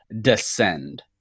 descend